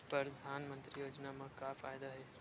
परधानमंतरी योजना म का फायदा?